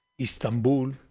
Istanbul